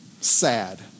sad